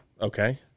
Okay